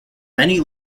many